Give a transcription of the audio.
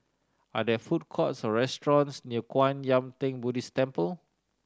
are there food courts or restaurants near Kwan Yam Theng Buddhist Temple